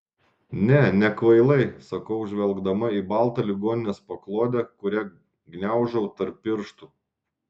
ne nekvailai sakau žvelgdama į baltą ligoninės paklodę kurią gniaužau tarp pirštų